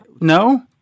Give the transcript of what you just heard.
no